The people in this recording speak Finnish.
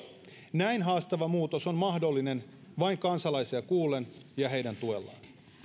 näin haastava muutos on mahdollinen vain kansalaisia kuullen ja heidän tuellaan